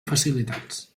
facilitats